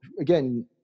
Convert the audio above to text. again